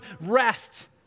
rest